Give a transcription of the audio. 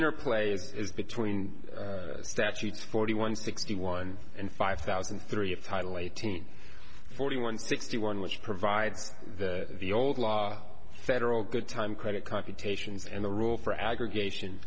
interplay is between statutes forty one sixty one and five thousand and three of title eighteen forty one sixty one which provides the old law federal good time credit computations and the rule for aggregation